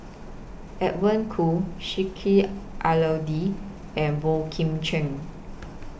Edwin Koo Sheik Alau'ddin and Boey Kim Cheng